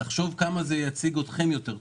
תחשוב כמה זה יציג אתכם טוב יותר.